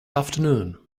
afternoon